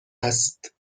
است